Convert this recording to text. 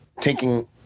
taking